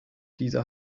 diese